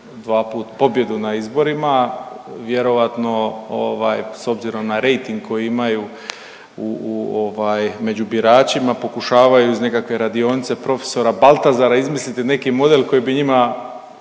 dva puta pobjedu na izborima. Vjerojatno ovaj s obzirom na rejting koji imaju u ovaj među biračima pokušavaju iz nekakve radionice profesora Baltazara izmisliti nekakav model koji bi njima